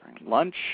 lunch